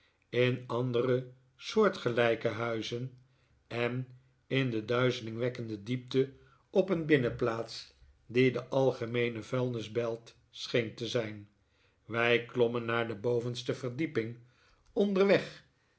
in andere soortgelijke huizen en in de duizelingwekkende diepte op een binnenplaats die de algemeene vuilnisbelt scheen te zijn wij klommen naar de bovenste verdieping onderweg